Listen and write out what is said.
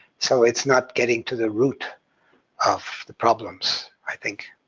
so it's not getting to the root of the problems, i think.